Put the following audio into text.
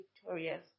victorious